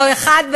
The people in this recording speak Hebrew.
לא אחד,